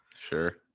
Sure